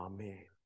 Amen